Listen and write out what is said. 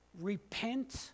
Repent